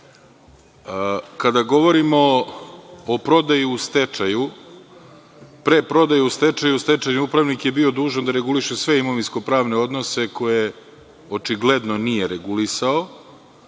dana. Kada govorimo o prodaji u stečaju, pre prodaje u stečaju, stečajni upravnik je bio dužan da reguliše sve imovinsko-pravne odnose koje očigledno nije regulisao,